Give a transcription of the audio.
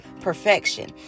perfection